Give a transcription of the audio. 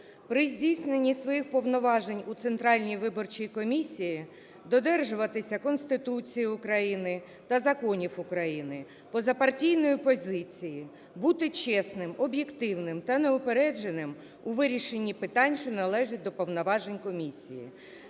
при здійсненні своїх повноважень у Центральній виборчій комісії додержуватися Конституції України та законів України, позапартійної позиції, бути чесним, об'єктивним та неупередженим у вирішенні питань, що належать до повноважень комісії,